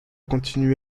continué